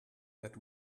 that